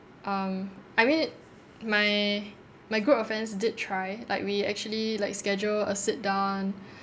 um I mean my my group of friends did try like we actually like schedule a sit down